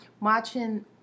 watching